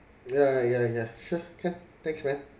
yeah yeah yeah sure can thanks man